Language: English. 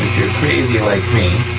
crazy like me,